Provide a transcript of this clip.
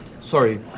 sorry